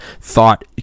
thought